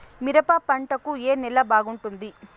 మిరప పంట కు ఏ నేల బాగుంటుంది?